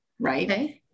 right